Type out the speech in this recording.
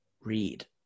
read